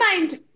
mind